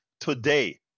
today